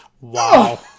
Wow